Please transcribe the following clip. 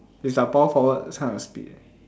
is like power forward those kind of speed eh